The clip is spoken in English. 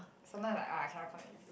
sometimes like ah I cannot connect with you